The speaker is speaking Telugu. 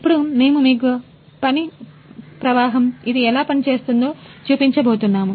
ఇప్పుడు మేము మీకు పని ప్రవాహం ఇది ఎలా పనిచేస్తుందో చూపించబోతున్నాం